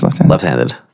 left-handed